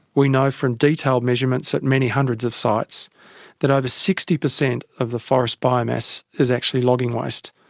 we know from detailed measurements at many hundreds of sites that over sixty percent of the forest biomass is actually logging waste.